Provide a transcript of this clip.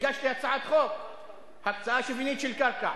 הגשתי הצעת חוק להקצאה שוויונית של קרקע.